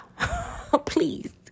Please